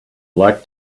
like